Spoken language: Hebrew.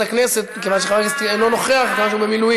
הכנסת מכיוון שחבר הכנסת קיש אינו נוכח כי הוא במילואים.